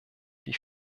die